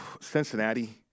Cincinnati